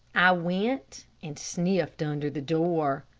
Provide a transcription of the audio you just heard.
i went and sniffed under the door.